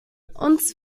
uns